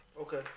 Okay